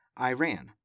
Iran